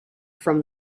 from